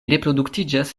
reproduktiĝas